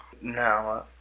No